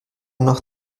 noch